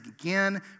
again